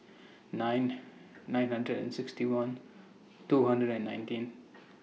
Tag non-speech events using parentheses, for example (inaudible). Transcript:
(noise) nine nine hundred and sixty one two hundred and nineteen